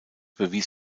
bewies